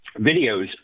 videos